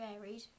varied